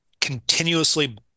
continuously